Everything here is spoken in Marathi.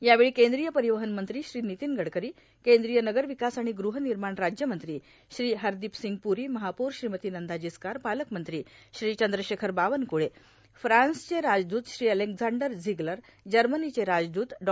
यावेळी कद्रीय र्पारवहन मंत्री श्री नितीन गडकरां कद्रीय नगर्रावकास आर्गण गूर्हानमाण राज्यमंत्री श्री हरदोप संग प्रो महापौर श्रीमती नंदा जिचकार पालकमंत्री श्री चंद्रशेखर बावनक्ळे फ्रान्सचे राजदूत श्री अलेक्झांडर र्ष्झगलर जमनीचे राजदूत डॉ